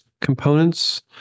components